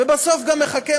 ובסוף גם מחכה,